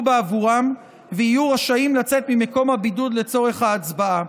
בעבורם ויהיו רשאים לצאת ממקום הבידוד לצורך ההצבעה.